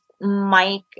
Mike